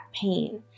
pain